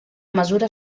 mesura